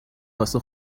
واسه